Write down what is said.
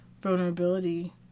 vulnerability